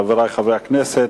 חברי חברי הכנסת,